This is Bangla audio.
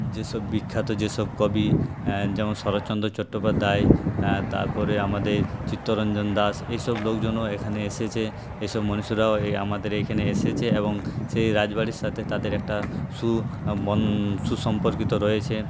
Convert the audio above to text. যেসব বিখ্যাত যেসব কবি যেমন শরৎচন্দ্র চট্টোপাধ্যায় তারপরে আমাদের চিত্তরঞ্জন দাস এইসব লোকজনও এখানে এসেছে এইসব মনীষীরাও আমাদের এইখানে এসেছে এবং সেই রাজবাড়ির সাথে একটা সুসম্পর্কিত রয়েছে